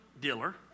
dealer